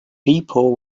people